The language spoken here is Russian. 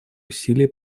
усилия